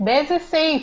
--- באיזה סעיף?